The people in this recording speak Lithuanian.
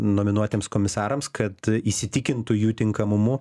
nominuotiems komisarams kad įsitikintų jų tinkamumu